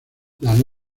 las